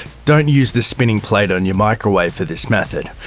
don't use the spinning plate in your microwave for this method.